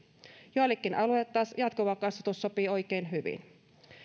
joillekin alueille taas jatkuva kasvatus sopii oikein hyvin